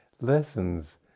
lessons